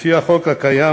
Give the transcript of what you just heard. לפי החוק הקיים,